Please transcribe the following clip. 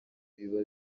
biba